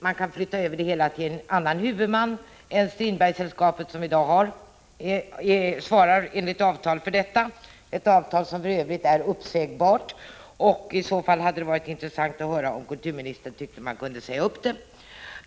Man kan flytta över uppgiften till en annan huvudman än Strindbergssällskapet, som i dag enligt avtal ansvarar för utgivningen. Detta avtal är uppsägbart, och det vore intressant att höra om kulturministern anser att man kan säga upp det.